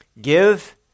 Give